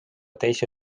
teisi